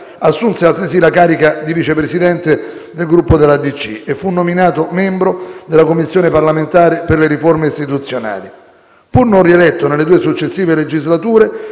assunse altresì la carica di Vice Presidente del Gruppo della DC e fu nominato membro della Commissione parlamentare per le riforme istituzionali. Pur non rieletto nelle due successive legislature,